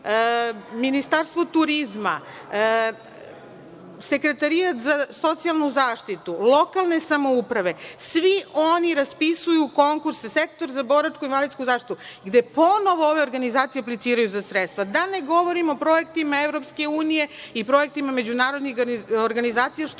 Ministarstvo turizma, Sekretarijat za socijalnu zaštitu, lokalne samouprave, svi oni raspisuju konkurse, Sektor za boračku i invalidsku zaštitu, gde ponovo ove organizacije apliciraju za sredstva. Da ne govorim o projektima Evropske unije i projektima međunarodnih organizacija, što